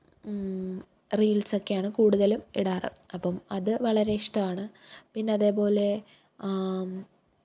റീല്സൊക്കെയാണ് കൂടുതലും ഇടാറ് അപ്പം അത് വളരെ ഇഷ്ടമാണ് പിന്നതേപോലെ